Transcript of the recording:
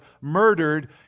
murdered